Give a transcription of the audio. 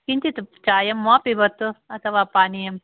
किञ्चित् चायं वा पिबतु अथवा पानीयम्